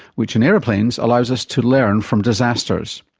which in aeroplanes allows us to learn from disasters.